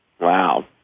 Wow